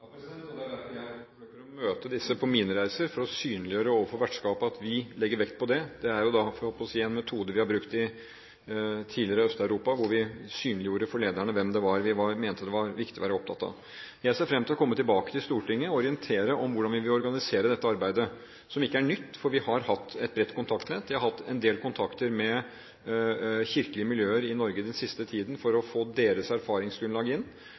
Det er derfor jeg også forsøker å møte disse på mine reiser – for å synliggjøre overfor vertskapet at vi legger vekt på det. Det er – jeg holdt på å si – en metode vi har brukt i tidligere Øst-Europa, hvor vi synliggjorde for lederne hvem det var vi mente det var viktig å være opptatt av. Jeg ser fram til å komme tilbake til Stortinget og orientere om hvordan vi vil organisere dette arbeidet, som ikke er nytt, for vi har hatt et bredt kontaktnett. Vi har hatt en del kontakter med kirkelige miljøer i Norge i den siste tiden for å få deres erfaringsgrunnlag inn.